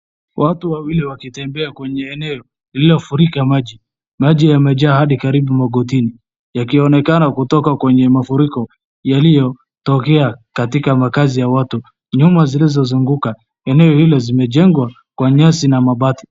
Watu wawili wakitembea kwenye eneo lililo furika maji. Maji yamejaa hadi karibu magotini ,yakionekana kutoka kwenye mafuriko yaliyo tokea katika makazi ya watu. Nyumba zile zazunguka eneo ile, zimejengwa kwa nyasi na mabati.